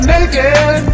Naked